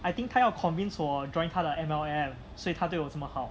I think 他要 convince 我 join 他的 M_L_M 所以他对我这么好